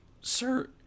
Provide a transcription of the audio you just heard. sir